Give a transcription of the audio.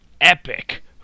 epic